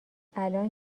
الان